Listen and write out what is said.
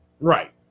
Right